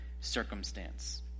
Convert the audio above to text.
circumstance